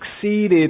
succeeded